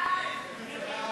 ההצעה